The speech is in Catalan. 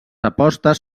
apostes